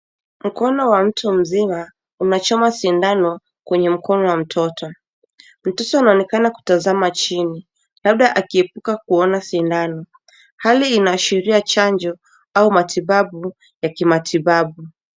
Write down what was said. Mkono wa mtu mzima unachoma sindano kwenye mkono wa mtoto. Mtoto anaonekana kutazama chini, labda akiepuka kuona sindano. Hali hii inaashiria chanjo au matibabu ya kimatibabu.